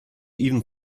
even